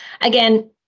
Again